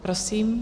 Prosím.